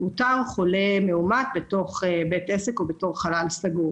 שאותר חולה מאומת בתוך בית עסק או בתוך חלל סגור